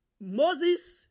Moses